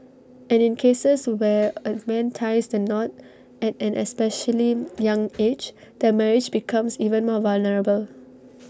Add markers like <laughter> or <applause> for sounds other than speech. and in cases <noise> where A man ties the knot at an especially <noise> young age the marriage becomes even more vulnerable <noise>